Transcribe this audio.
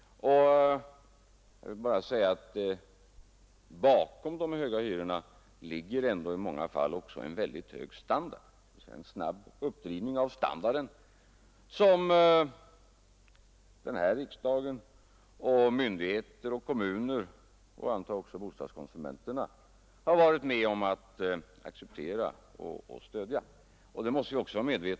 Bakom de höga hyrorna ligger i många fall också en väldigt hög standard, en snabb uppdrivning av standarden, som den här riksdagen, myndigheter och kommuner — och jag antar också bostadskonsumenterna — har varit med om att acceptera och stödja.